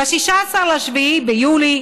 ב-16 ביולי,